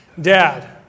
Dad